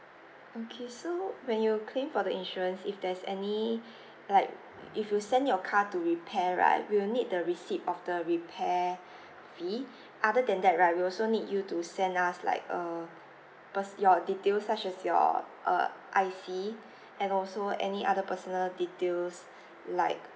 okay so when you claim for the insurance if there's any like if you send your car to repair right we'll need the receipt of the repair fee other than that right we also need you to send us like err pers~ your details such as your uh I_C and also any other personal details like